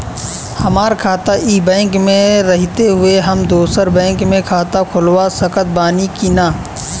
हमार खाता ई बैंक मे रहते हुये हम दोसर बैंक मे खाता खुलवा सकत बानी की ना?